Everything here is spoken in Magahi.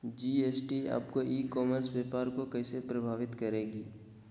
जी.एस.टी आपके ई कॉमर्स व्यापार को कैसे प्रभावित करेगी?